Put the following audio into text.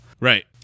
Right